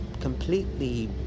completely